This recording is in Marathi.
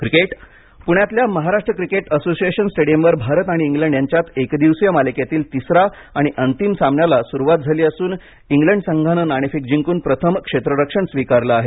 क्रिकेट पुण्यातल्या महाराष्ट्र क्रिकेट असोसिएशन स्टेडियमवर भारत आणि इंग्लंड यांच्यात एक दिवसीय मालिकेतील तिसरा आणि अंतिम सामन्याला सुरुवात झाली असून इंग्लंड संघाने नार्णफेक जिंकून प्रथम क्षेत्ररक्षण स्वीकारलं आहे